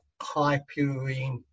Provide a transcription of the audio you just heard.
high-purine